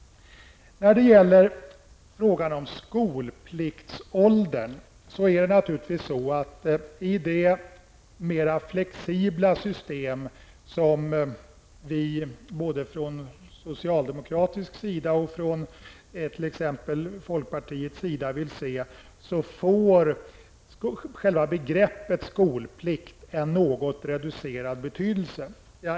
När det gäller frågan om skolpliktsåldern får själva begreppet skolplikt en något reducerad betydelse i det mera flexibla system som både socialdemokrater och t.ex. folkpartister vill införa.